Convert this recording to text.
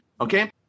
Okay